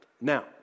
Now